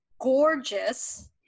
gorgeous